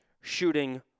shooting